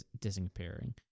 disappearing